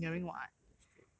okay fine fine that's true